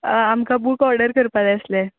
आमकां book order करपा जाय आसले